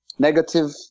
Negative